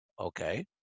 Okay